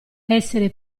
essere